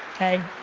hey.